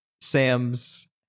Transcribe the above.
Sam's